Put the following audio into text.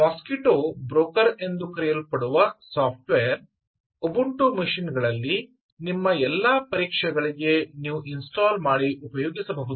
mosquito broker ಎಂದು ಕರೆಯಲ್ಪಡುವ software Ubuntu machine ಗಳಲ್ಲಿ ನಿಮ್ಮ ಎಲ್ಲಾ ಪರೀಕ್ಷೆಗಳಿಗೆ ನೀವು ಇನ್ಸ್ಟಾಲ್ ಮಾಡಿ ಉಪಯೋಗಿಸಬಹುದು